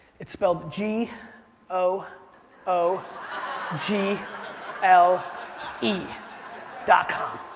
it's spelled g o o g l e dot com.